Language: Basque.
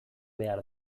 behar